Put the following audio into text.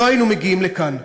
לא היינו מגיעים לכאן,